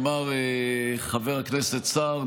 אמר חבר הכנסת סער,